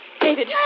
David